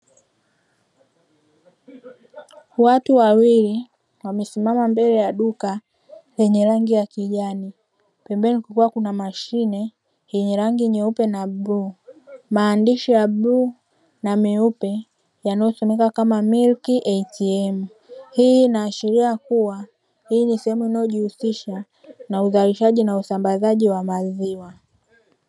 Watu wawili wamesimama mbele ya duka lenye rangi ya kijani pembeni kukiwa kuna mashine yenye rangi nyeupe na bluu, maandishi ya bluu na meupe yanayotumika kama Milk Atm, hii inaashiria kuwa hii ni sehemu inayojihusisha na uzalishaji na usambazaji wa maziwa.